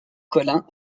collin